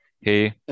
Hey